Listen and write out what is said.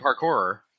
parkour